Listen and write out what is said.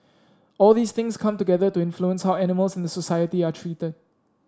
all these things come together to influence how animals in the society are treated